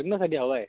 लग्नासाठी हवा आहे